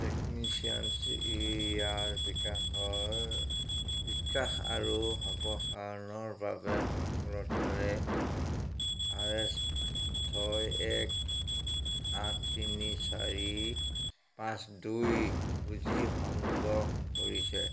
টেকনিচিয়ানচি ই ইয়াৰ বিকাশৰ বিকাশ আৰু সম্প্ৰসাৰণৰ বাবে সফলতাৰে আৰ এছ ছয় এক আঠ তিনি চাৰি পাঁচ দুই পুঁজি সংগ্ৰহ কৰিছে